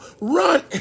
run